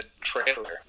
trailer